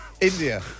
India